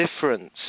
difference